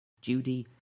judy